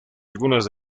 algunas